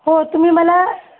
हो तुम्ही मला